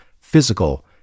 physical